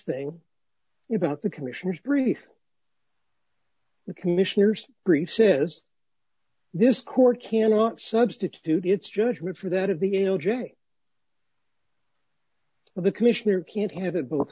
thing about the commissioner's brief the commissioners brief says this court cannot substitute its judgment for that of began o j but the commissioner can't have it bo